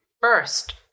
First